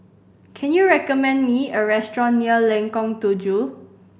can you recommend me a restaurant near Lengkong Tujuh